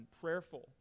prayerful